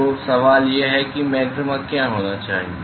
तो सवाल यह है कि मैक्सिमा क्या होना चाहिए